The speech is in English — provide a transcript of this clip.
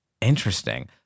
interesting